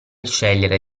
scegliere